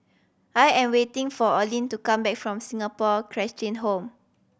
I am waiting for Oline to come back from Singapore Cheshire Home